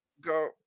Go